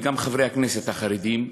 וגם חברי הכנסת החרדים,